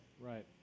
Right